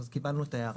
אז קיבלנו את ההערה.